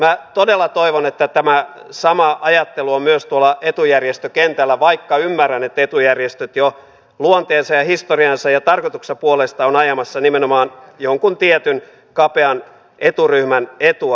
minä todella toivon että tämä sama ajattelu on myös tuolla etujärjestökentällä vaikka ymmärrän että etujärjestöt jo luonteensa ja historiansa ja tarkoituksensa puolesta ovat ajamassa nimenomaan jonkun tietyn kapean eturyhmän etua